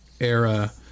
era